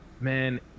man